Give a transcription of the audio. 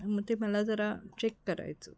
मग ते मला जरा चेक करायचं होतं